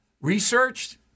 researched